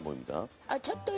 and i